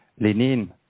Lenin